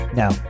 now